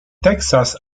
texas